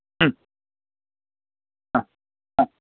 हा हा